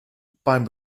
beim